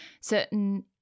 certain